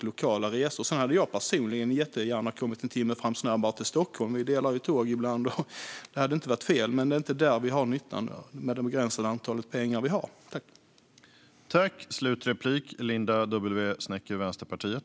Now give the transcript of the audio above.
Jag hade personligen gärna minskat restiden till Stockholm med en timme - vi delar ju tåg ibland, och det hade inte varit fel - men det är inte där den begränsade summa pengar vi har gör mest nytta.